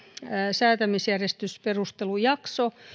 säätämisjärjestysperustelujakso